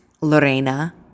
Lorena